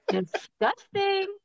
Disgusting